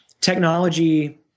technology